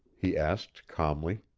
he asked, calmly.